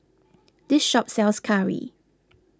this shop sells Curry